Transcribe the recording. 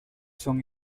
son